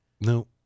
No